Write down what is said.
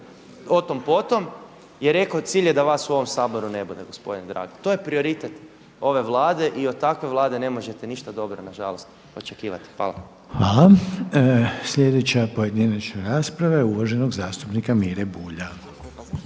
o tom po tom, je rekao cilj je da vas u ovom Saboru ne bude gospodine dragi. To je prioritet ove Vlade i od takve Vlade ne možete ništa dobro nažalost očekivati. Hvala. **Reiner, Željko (HDZ)** Hvala. Sljedeća pojedinačna rasprava je uvaženog zastupnika Mire Bulja.